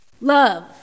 Love